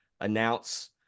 announce